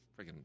freaking